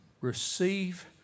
receive